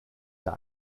der